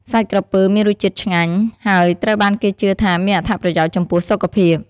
សាច់ក្រពើមានរសជាតិឆ្ងាញ់ ហើយត្រូវបានគេជឿថាមានអត្ថប្រយោជន៍ចំពោះសុខភាព។